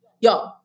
yo